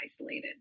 isolated